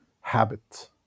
habit